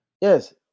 yes